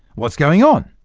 what's going on?